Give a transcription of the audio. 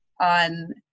on